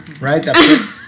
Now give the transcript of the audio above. right